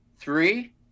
Three